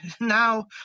now